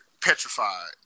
Petrified